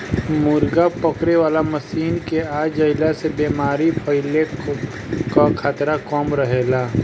मुर्गा पकड़े वाला मशीन के आ जईला से बेमारी फईले कअ खतरा कम रहेला